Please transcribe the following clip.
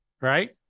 Right